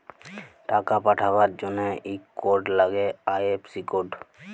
টাকা পাঠাবার জনহে ইক কোড লাগ্যে আই.এফ.সি কোড